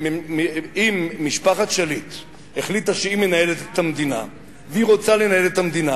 שאם משפחת שליט החליטה שהיא מנהלת את המדינה והיא רוצה לנהל את המדינה